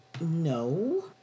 No